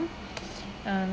um